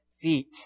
feet